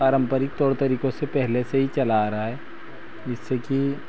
पारंपरिक तौर तरीक़ों से पहले से ही चला आ रहा है जिससे कि